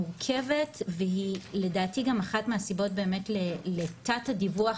מורכבת והיא לדעתי גם אחת מהסיבות לתת הדיווח